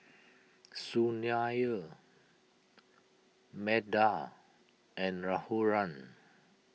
Sunil Medha and Raghuram